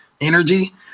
energy